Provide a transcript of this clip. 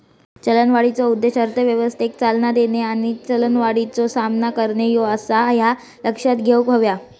चलनवाढीचो उद्देश अर्थव्यवस्थेक चालना देणे आणि चलनवाढीचो सामना करणे ह्यो आसा, ह्या लक्षात घेऊक हव्या